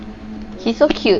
he's so cute